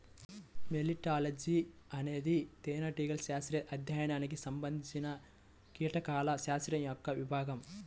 మెలిటాలజీఅనేది తేనెటీగల శాస్త్రీయ అధ్యయనానికి సంబంధించినకీటకాల శాస్త్రం యొక్క విభాగం